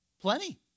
Plenty